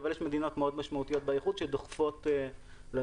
אבל יש מדינות מאוד משמעותיות באיחוד שדוחפות לנושא